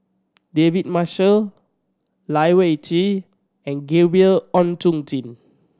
David Marshall Lai Weijie and Gabriel Oon Chong Jin